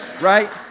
Right